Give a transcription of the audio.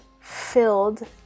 Filled